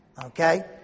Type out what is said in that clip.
Okay